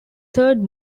third